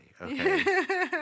Okay